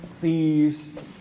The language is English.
thieves